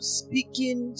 speaking